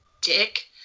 dick